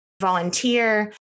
volunteer